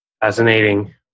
Fascinating